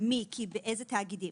איזה תאגידים